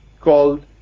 called